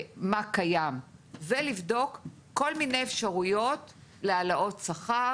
מה קיים ולבדוק כל מיני אפשרויות להעלאות שכר